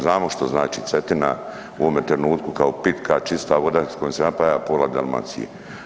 Znamo što znači Cetina u ovom trenutku kao pitka, čista voda s kojom se napaja pola Dalmacije.